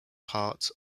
part